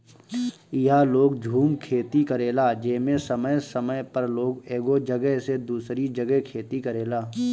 इहा लोग झूम खेती करेला जेमे समय समय पर लोग एगो जगह से दूसरी जगह खेती करेला